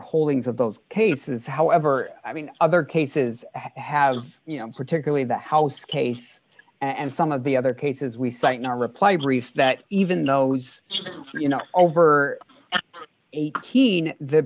holdings of those cases however i mean other cases have you know particularly the house case and some of the other cases we cite no reply brief that even those over eighteen the